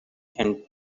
and